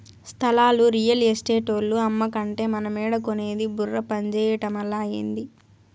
స్థలాలు రియల్ ఎస్టేటోల్లు అమ్మకంటే మనమేడ కొనేది బుర్ర పంజేయటమలా, ఏంది